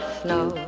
snow